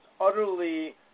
utterly